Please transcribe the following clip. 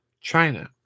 China